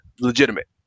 legitimate